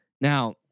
Now